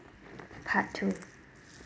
part two